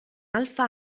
alfa